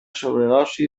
sobredosi